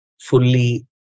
fully